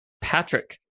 Patrick